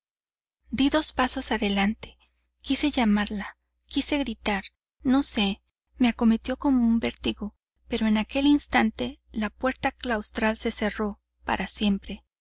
di dos pasos adelante quise llamarla quise gritar no sé me acometió como un vértigo pero en aquel instante la puerta claustral se cerró para siempre